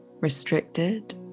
Restricted